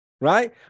right